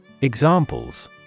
Examples